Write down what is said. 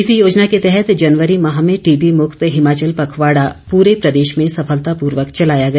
इसी योजना के तहत जनवरी माह में टीबी मुक्त हिमाचल पखवाड़ा पूरे प्रदेश में सफलतापूर्वक चलाया गया